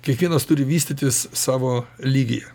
kiekvienas turi vystytis savo lygyje